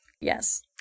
yes